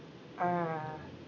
ah